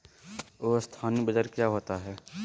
अस्थानी बाजार क्या होता है?